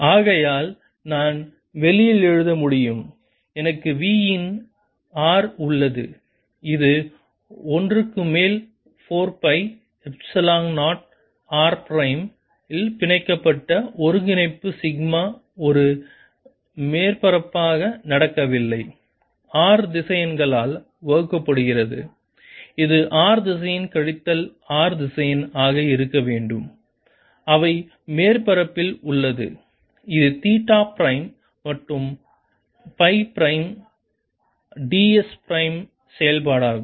rPsinθcosϕ ஆகையால் நான் வெளியில் எழுத முடியும் எனக்கு V இன் r உள்ளது இது 1 க்கு மேல் 4 பை எப்சிலன் 0 r பிரைம் இல் பிணைக்கப்பட்ட ஒருங்கிணைப்பு சிக்மா ஒரு மேற்பரப்பாக நடக்கவில்லை r திசையன்களால் வகுக்கப்படுகிறது இது r திசையன் கழித்தல் R திசையன் ஆக இருக்க வேண்டும் அவை மேற்பரப்பில் உள்ளது இது தீட்டா பிரைம் மற்றும் சை பிரைம் ds பிரைமின் செயல்பாடாகும்